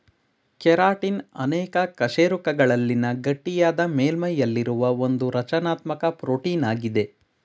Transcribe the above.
keratin ಅನೇಕ ಕಶೇರುಕಗಳಲ್ಲಿನ ಗಟ್ಟಿಯಾದ ಮೇಲ್ಮೈಯಲ್ಲಿರುವ ಒಂದುರಚನಾತ್ಮಕ ಪ್ರೋಟೀನಾಗಿದೆ